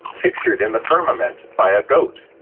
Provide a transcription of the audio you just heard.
pictured in the firmament by a goat.